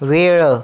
वेळ